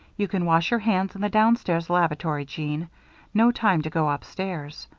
you can wash your hands in the downstairs lavatory, jeanne no time to go upstairs.